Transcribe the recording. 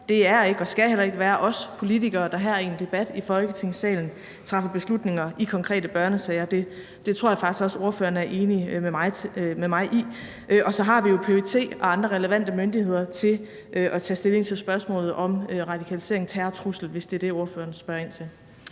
Det er ikke og skal heller ikke være os politikere, der her i en debat i Folketingssalen træffer beslutninger i konkrete børnesager. Det tror jeg faktisk også at spørgeren er enig med mig i. Og så har vi jo PET og andre relevante myndigheder til at tage stilling til spørgsmålet om radikalisering og terrortrusler, hvis det er det, fru Karina Adsbøl spørger ind til.